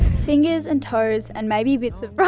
fingers and toes and maybe bits of.